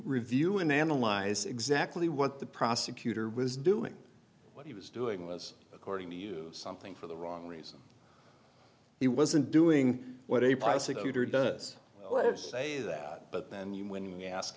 review and analyze exactly what the prosecutor was doing what he was doing was according to use something for the wrong reason he wasn't doing what a prosecutor does let's say that but then you when you ask